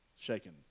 Shaken